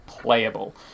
playable